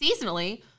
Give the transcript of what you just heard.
Seasonally